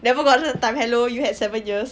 never gotten the time hello you had seven years